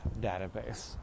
database